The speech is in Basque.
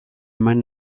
eman